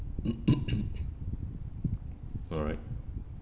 correct